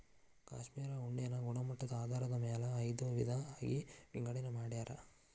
cashmere ಉಣ್ಣೆನ ಗುಣಮಟ್ಟದ ಆಧಾರದ ಮ್ಯಾಲ ಐದ ವಿಧಾ ಆಗಿ ವಿಂಗಡನೆ ಮಾಡ್ಯಾರ